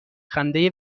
خنده